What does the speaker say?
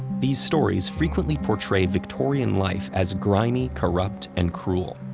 these stories frequently portray victorian life as grimy, corrupt, and cruel.